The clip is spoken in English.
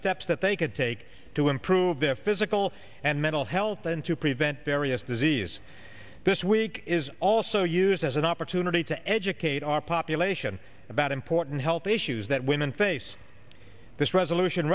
steps that they could take to improve their physical and mental health and to prevent various diseases this week is also used as an opportunity to educate our population about important health issues that women face this resolution